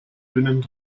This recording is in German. dünnen